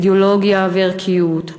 אידיאולוגיה וערכיות,